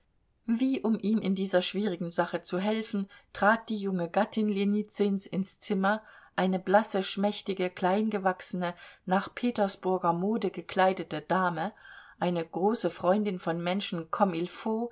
wie um ihm in dieser schwierigen sache zu helfen trat die junge gattin ljenizyns ins zimmer eine blasse schmächtige kleingewachsene nach petersburger mode gekleidete dame eine große freundin von menschen comme